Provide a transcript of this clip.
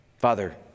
Father